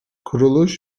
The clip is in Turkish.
kuruluş